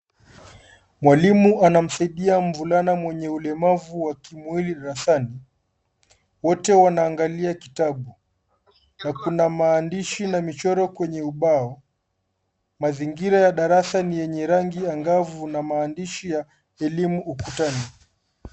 Mwalimu anamsaidia mvulana mwenye ulemavu wa kimwili darasani. Wote wanaangalia kitabu na kuna maandishi na michoro kwenye ubao. Mazingira ya darasa ni yenye rangi angavu na maandishi ya elimu ukutani.